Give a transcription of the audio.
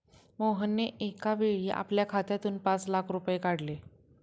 मोहनने एकावेळी आपल्या खात्यातून पाच लाख रुपये काढले